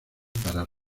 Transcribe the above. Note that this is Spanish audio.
para